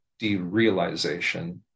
derealization